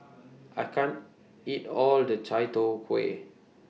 I can't eat All of The Chai Tow Kway